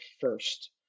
first